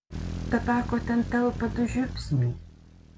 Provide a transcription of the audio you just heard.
tabako ten telpa du žiupsniai